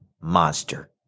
monster